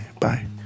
bye